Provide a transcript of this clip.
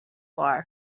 bar